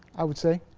i would say